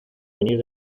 venir